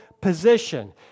position